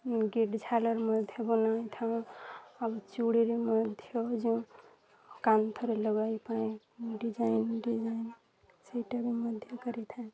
gate ଝାଲର ମଧ୍ୟ ବନାଇଥାଉ ଆଉ ଚୁଡ଼ିରେ ମଧ୍ୟ ଯୋଉଁ କାନ୍ଥରେ ଲଗାଇବା ପାଇଁ ଡିଜାଇନ୍ ଡିଜାଇନ୍ ସେଇଟା ବି ମଧ୍ୟ କରିଥାଉ